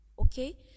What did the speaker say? okay